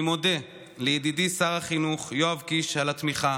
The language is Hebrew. אני מודה לידידי שר החינוך יואב קיש על התמיכה,